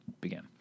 began